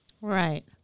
Right